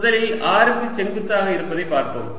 முதலில் r க்கு செங்குத்தாக இருப்பதை பார்ப்போம்